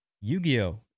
Yu-Gi-Oh